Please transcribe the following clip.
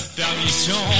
permission